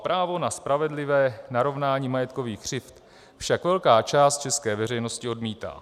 Právo na spravedlivé narovnání majetkových křivd však velká část české veřejnosti odmítá.